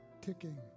ticking